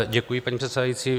Děkuji, paní předsedající.